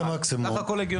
בסך הכל הגיוני.